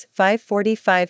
545